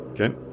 Okay